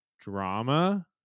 drama